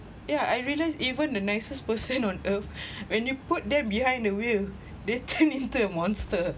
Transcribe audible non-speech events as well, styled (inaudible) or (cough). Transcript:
yeah I realise even the nicest person (laughs) on earth when you put them behind the wheel they (laughs) turn into a monster